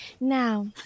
Now